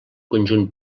conjunt